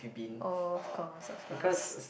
of course of course